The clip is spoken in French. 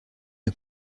est